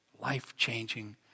life-changing